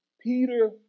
Peter